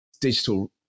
digital